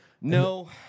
No